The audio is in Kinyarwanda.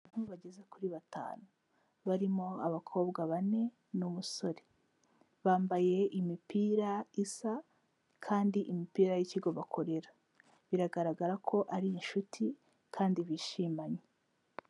Abantu bageze kuri batanu, barimo abakobwa bane n'umusore. Bambaye imipira isa kandi imipira y'ikigo bakorera, biragaragara ko ari inshuti kandi bishimanye.